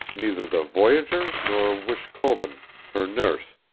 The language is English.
neither the voyageurs, nor wishkobun her nurse,